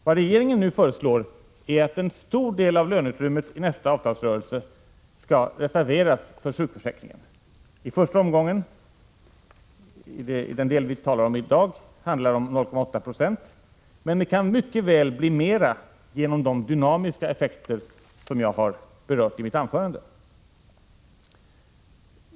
Vad regeringen nu föreslår är att en stor del av löneutrymmet i nästa avtalsrörelse skall reserveras för sjukförsäkringen. I första omgången —i den del vi talar om i dag — handlar det om 0,8 26, men det kan mycket väl bli mera genom de dynamiska effekter som jag har berört i mitt anförande.